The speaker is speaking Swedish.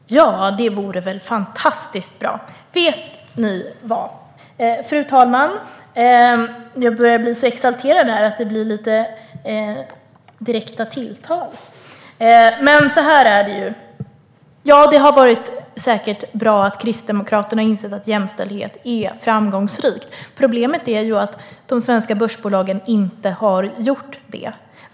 Fru talman! Det vore väl fantastiskt bra! Vet ni vad? Nu börjar jag bli exalterad. Det har säkert varit bra att Kristdemokraterna har insett att jämställdhet är framgångsrikt. Problemet är ju att de svenska börsbolagen inte har gjort det.